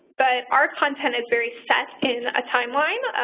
but our content is very set in a timeline.